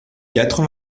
quatre